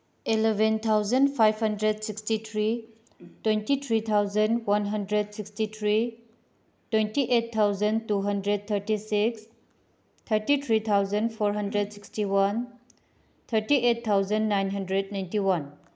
eleven thousand five hundred sixty three twenty three thousand one hundred sixty three twenty eight thousand two hundred thirty six thirty three thousand four hundred sixty one thirty eight thousand nine hundred ninety one